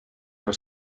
her